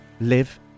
live